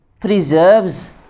preserves